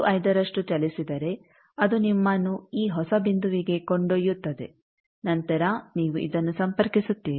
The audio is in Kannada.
15 ರಷ್ಟು ಚಲಿಸಿದರೆ ಅದು ನಿಮ್ಮನ್ನು ಈ ಹೊಸ ಬಿಂದುವಿಗೆ ಕೊಂಡೊಯ್ಯುತ್ತದೆ ನಂತರ ನೀವು ಇದನ್ನು ಸಂಪರ್ಕಿಸುತ್ತೀರಿ